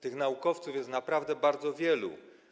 Tych naukowców jest naprawdę bardzo wielu.